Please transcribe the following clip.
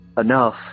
enough